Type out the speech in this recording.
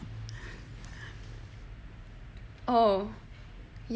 you know you the to burger stop like 没有没有在 produce